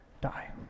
die